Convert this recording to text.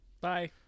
bye